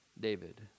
David